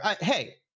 hey